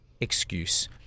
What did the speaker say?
excuse